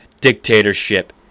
Dictatorship